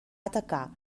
atacar